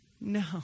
No